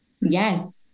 Yes